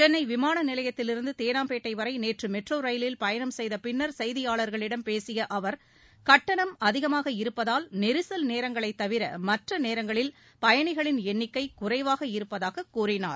சென்னை விமான நிலையத்திலிருந்து தேனாம்பேட்டை வரை நேற்று மெட்ரோ ரயிலில் பயணம் செய்த பின்னர் செய்தியாளர்களிடம் பேசிய அவர் கட்டணம் அதிகமாக இருப்பதால் நெரிசல் நேரங்களைத் தவிர மற்ற நேரங்களில் பயணிகளின் எண்ணிக்கை குறைவாக இருப்பதாக கூறினார்